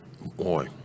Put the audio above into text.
Boy